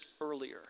earlier